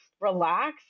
relax